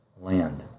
land